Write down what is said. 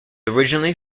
originally